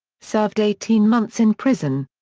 served eighteen months in prison.